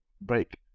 break